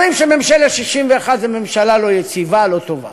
אומרים שממשלת 61 זו ממשלה לא יציבה, לא טובה.